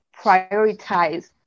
prioritize